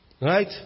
Right